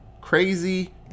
crazy